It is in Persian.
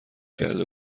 کرده